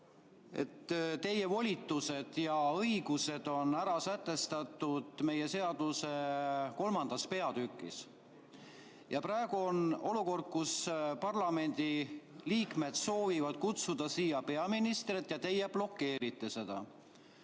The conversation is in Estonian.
teie volitused ja õigused on sätestatud meie seaduse kolmandas peatükis. Praegu on olukord, kus parlamendiliikmed soovivad kutsuda siia peaministrit ja teie blokeerite seda.